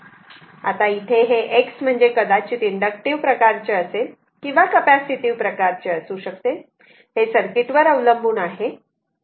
आता इथे हे X म्हणजे कदाचित इंडक्टिव्ह प्रकारचे असेल किंवा कपॅसिटीव्ह प्रकारचे असू शकते हे सर्किटवर अवलंबून आहे